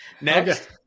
next